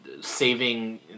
saving